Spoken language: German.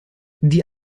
die